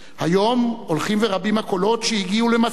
היום הולכים ורבים הקולות שהגיעו למסקנה